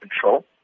control